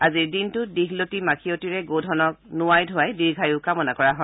আজিৰ দিনটোত দীঘলতি মাখিয়তিৰে গোধনক নোৱাই ধুৱাই দীৰ্ঘায়ু কামনা কৰা হয়